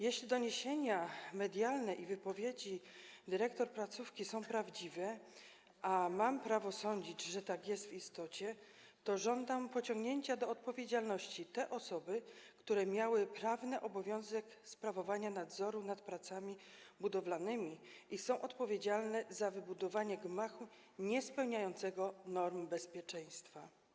Jeśli doniesienia medialne i wypowiedzi dyrektor placówki są prawdziwe, a mam prawo sądzić, że tak jest w istocie, to żądam pociągnięcia do odpowiedzialności osób, które miały prawny obowiązek sprawowania nadzoru nad pracami budowlanymi i są odpowiedzialne za wybudowanie gmachu niespełniającego norm bezpieczeństwa.